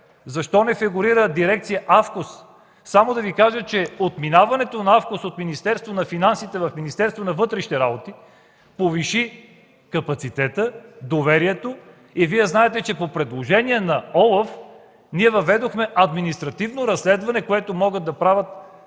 Защо не фигурира Дирекция АФКОС? Само да Ви кажа, че минаването на АФКОС от Министерството на финансите към Министерството на вътрешните работи повиши капацитета и доверието. Знаете, че по предложение на ОЛАФ въведохме административно разследване, което могат да правят